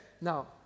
Now